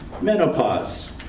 Menopause